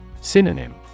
Synonym